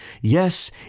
Yes